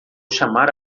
chamar